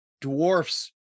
dwarfs